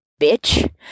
bitch